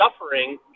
suffering